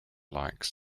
likes